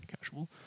casual